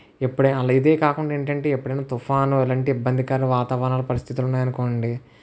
ఎప్పుడైనా ఇదే కాకుండా ఏంటంటే ఎప్పుడైనా తుఫాను ఇలాంటి ఇబ్బందికర వాతావరణ పరిస్థితులు ఉన్నాయనుకోండి